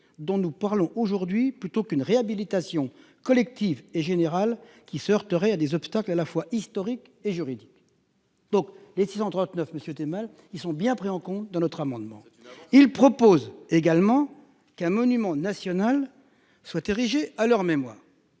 dont nous parlons aujourd'hui plutôt qu'une réhabilitation collective et générale qui se heurterait à des obstacles à la fois historique et juridique. Donc les 639 monsieur es mal, ils sont bien pris en compte dans notre amendement il propose également qu'un monument national soit érigée à leur mémoire.